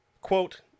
quote